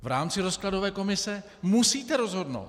V rámci rozkladové komise musíte rozhodnout!